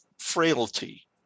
frailty